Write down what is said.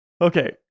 Okay